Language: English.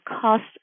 cost